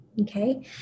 Okay